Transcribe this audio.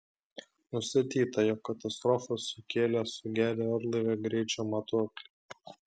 nustatyta jog katastrofą sukėlė sugedę orlaivio greičio matuokliai